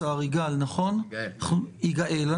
חג הקורבן שמצוין על ידי חברי וחברות הכנסת המוסלמים והדרוזים,